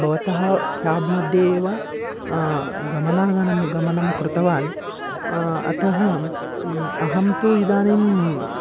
भवतः क्याब्मध्ये एव गमनागनं गमनं कृतवान् अतः अहं तु इदानीम्